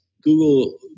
Google